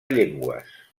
llengües